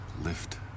lift